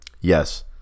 Yes